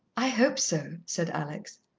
i hope so, said alex.